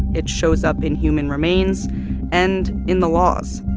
it shows up in human remains and in the laws.